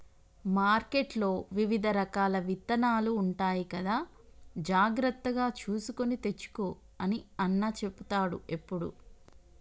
మార్కెట్లో వివిధ రకాల విత్తనాలు ఉంటాయి కదా జాగ్రత్తగా చూసుకొని తెచ్చుకో అని అన్న చెపుతాడు ఎప్పుడు